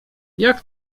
jak